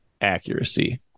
accuracy